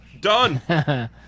Done